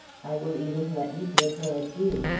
i will even let you bid her adieu,